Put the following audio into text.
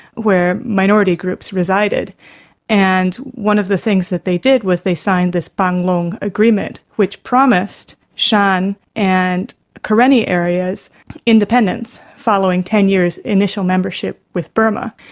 where minority groups resided and one of the things that they did was they signed this panglong agreement, which promised shan and karenni areas independence following ten years initial membership with burma.